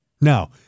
Now